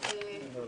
ברגע